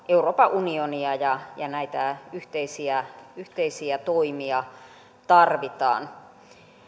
euroopan unionia ja näitä yhteisiä yhteisiä toimia tarvitaan